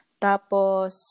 Tapos